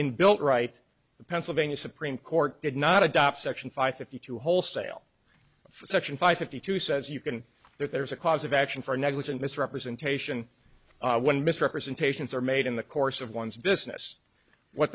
in built right the pennsylvania supreme court did not adopt section five fifty two wholesale for section five fifty two says you can there's a cause of action for negligent misrepresentation when misrepresentations are made in the course of one's business what